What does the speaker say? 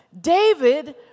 David